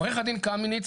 עו"ד קמיניץ,